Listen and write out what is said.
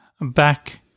back